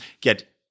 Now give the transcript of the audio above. get